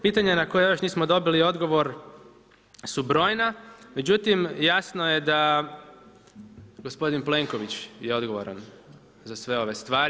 Pitanje na koje još nismo dobili odgovor su broja, međutim jasno je da gospodin Plenković je odgovoran za sve ove stvari.